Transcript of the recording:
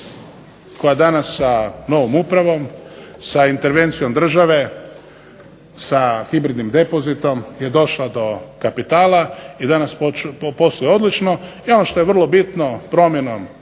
koja danas sa novom upravom, sa intervencijom države, sa hibridnim depozitom je došla do kapitala i danas posluje odlično. I ono što je vrlo bitno promjenom